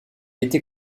était